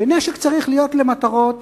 ונשק צריך להיות למטרות